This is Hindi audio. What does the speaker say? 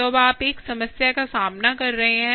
तो अब आप एक समस्या का सामना कर रहे हैं